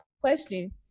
question